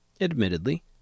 Admittedly